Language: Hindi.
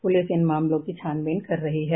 पुलिस इन मामले की छानबीन कर रही है